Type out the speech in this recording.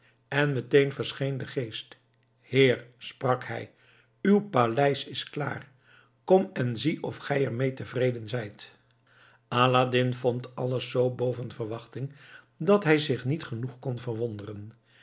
en meteen verscheen de geest heer sprak hij uw paleis is klaar kom en zie of gij ermee tevreden zijt aladdin vond alles zoo boven verwachting dat hij zich niet genoeg kon verwonderen